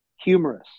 humorous